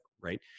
right